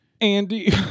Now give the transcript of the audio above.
Andy